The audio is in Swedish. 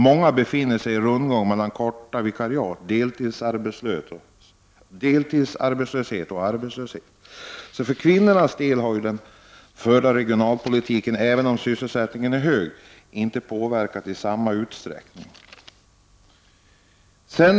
Många befinner sig i en rundgång mellan korta vikariat, deltidsarbetslöshet och arbetslöshet.” Den förda regionalpolitiken har — även om sysselsättningen är hög — inte påverkat kvinnorna i samma utsträckning som männen.